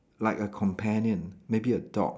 like a companion maybe a dog